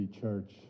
Church